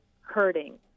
hurting